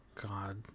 God